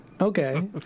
Okay